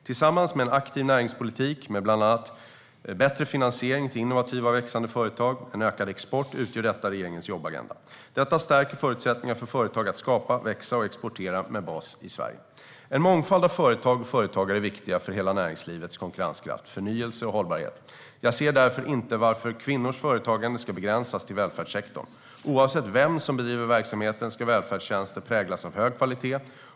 Tillsammans med en aktiv näringspolitik, med bland annat bättre finansiering till innovativa och växande företag och en ökad export, utgör detta regeringens jobbagenda. Detta stärker förutsättningarna för företag att skapa, växa och exportera med bas i Sverige. En mångfald av företag och företagare är viktigt för hela näringslivets konkurrenskraft, förnyelse och hållbarhet. Jag ser därför inte varför kvinnors företagande ska begränsas till välfärdssektorn. Välfärdstjänster ska, oavsett vem som bedriver verksamheten, präglas av hög kvalitet.